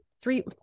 three